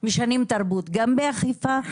משנים תרבות גם באכיפה,